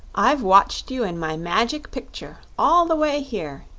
i've watched you in my magic picture all the way here,